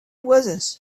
was